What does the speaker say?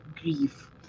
grief